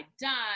done